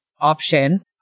option